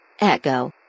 Echo